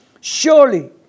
Surely